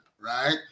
right